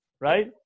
right